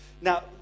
Now